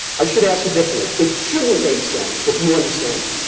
i should ask it differently, it shouldn't make sense but do you understand it?